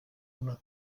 una